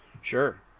Sure